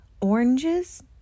oranges